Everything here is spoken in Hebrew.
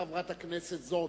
חברת הכנסת זועבי.